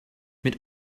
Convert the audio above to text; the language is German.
mit